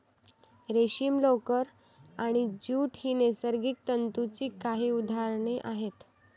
रेशीम, लोकर आणि ज्यूट ही नैसर्गिक तंतूंची काही उदाहरणे आहेत